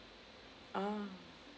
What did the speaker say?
ah